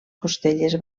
costelles